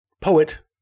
poet